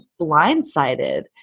blindsided